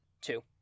two